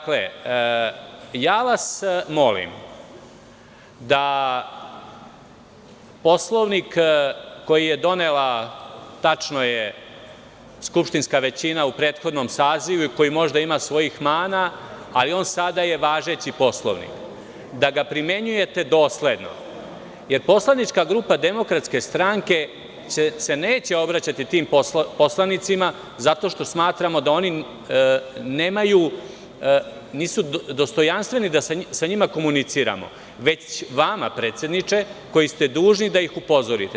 Molim vas da Poslovnik, koji je donela skupštinska većina u prethodnom sazivu i koji možda ima svojih mana, ali je on sada važeći Poslovnik, da ga primenjujete dosledno, jer poslanička grupa DS se neće obraćati tim poslanicima, zato što smatramo da oni nisu dostojanstveni da sa njima komuniciramo, već vama, predsedniče, koji ste dužni da ih upozorite.